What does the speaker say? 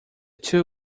two